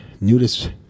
nudist